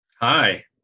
Hi